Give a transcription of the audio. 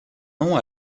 nom